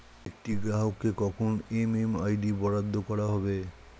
একটি গ্রাহককে কখন এম.এম.আই.ডি বরাদ্দ করা হবে?